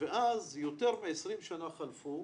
ויותר מ-20 שנה חלפו